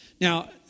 Now